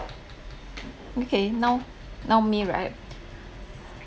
okay now now me right